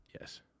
Yes